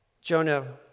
jonah